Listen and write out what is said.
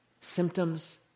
Symptoms